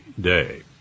day